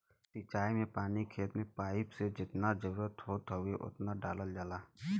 सिंचाई में पानी खेत में पाइप से जेतना जरुरत होत हउवे ओतना डालल जाला